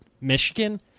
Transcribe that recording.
Michigan